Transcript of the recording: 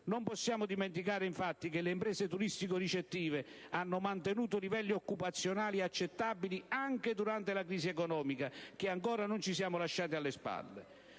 Non possiamo dimenticare, infatti, che le imprese turistico-ricettive hanno mantenuto livelli occupazionali accettabili anche durante la crisi economica che ancora non ci siamo lasciati alle spalle.